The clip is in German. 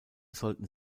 sollten